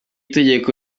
tegeko